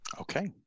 Okay